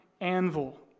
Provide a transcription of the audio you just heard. anvil